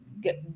get